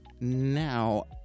now